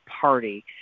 party